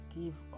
give